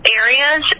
areas